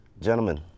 Gentlemen